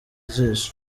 ijisho